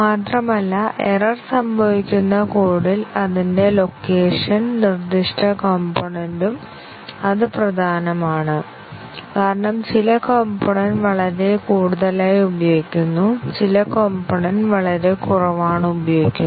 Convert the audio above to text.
മാത്രമല്ല എറർ സംഭവിക്കുന്ന കോഡിൽ അതിന്റെ ലൊക്കേഷൻ നിർദ്ദിഷ്ട കംപോണൻറ് ഉം അത് പ്രധാനമാണ് കാരണം ചില കംപോണൻറ് വളരെ കൂടുതലായി ഉപയോഗിക്കുന്നു ചില കംപോണൻറ് വളരെ കുറവാണ് ഉപയോഗിക്കുന്നത്